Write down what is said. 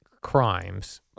crimes